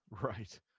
Right